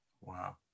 Wow